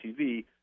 TV